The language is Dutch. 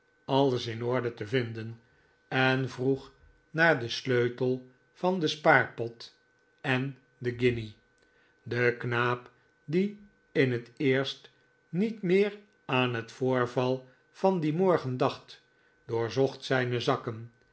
alles in orde te vinden en vroeg naar den sleutel van den spaarpot en de guinje de knaap die in het eerst niet meer aan het voorval van dien morgen dacht doorzocht zijne zakken